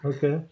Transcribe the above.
Okay